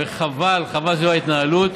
וחבל שזו ההתנהלות.